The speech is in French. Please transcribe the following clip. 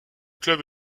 club